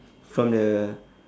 from the